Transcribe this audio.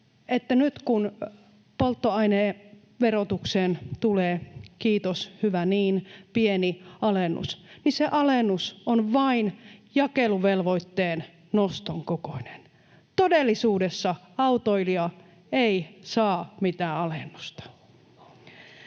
nyt, kun polttoaineverotukseen tulee — kiitos, hyvä niin — pieni alennus, niin se alennus on vain jakeluvelvoitteen noston kokoinen. Todellisuudessa autoilija ei saa mitään alennusta.